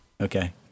Okay